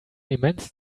immense